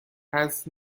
has